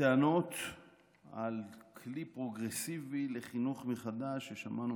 הטענות על כלי פרוגרסיבי לחינוך מחדש ששמענו